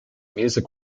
music